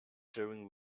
during